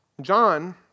John